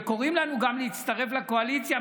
וקוראים לנו גם להצטרף לקואליציה,